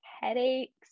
headaches